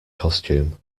costume